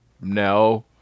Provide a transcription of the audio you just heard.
No